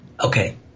Okay